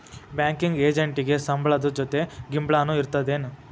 Banking ಎಜೆಂಟಿಗೆ ಸಂಬ್ಳದ್ ಜೊತಿ ಗಿಂಬ್ಳಾನು ಇರ್ತದೇನ್?